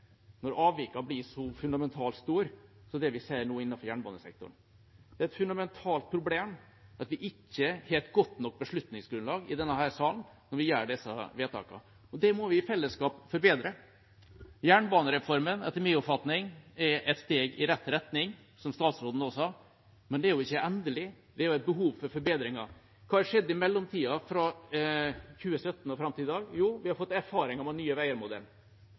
når avvikene blir så fundamentalt store som det vi nå ser innenfor jernbanesektoren. Det er et fundamentalt problem at vi ikke har et godt nok beslutningsgrunnlag i denne salen når vi fatter disse vedtakene. Det må vi i fellesskap forbedre. Jernbanereformen, etter min oppfatning, er et steg i riktig retning, som statsråden også sa, men det er jo ikke endelig, det er et behov for forbedringer. Hva har skjedd i mellomtiden, fra 2017 og fram til i dag? Jo, vi har fått erfaringer med Nye